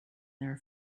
their